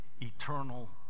eternal